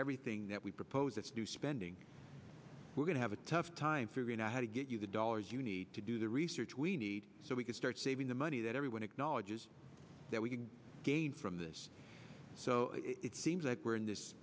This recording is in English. everything that we propose it's new spending we're going to have a tough time figuring out how to get you the dollars you need to do the research we need so we can start saving the money that everyone acknowledges that we can gain from this so it seems like we're in this